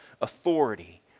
authority